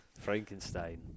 Frankenstein